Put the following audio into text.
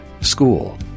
school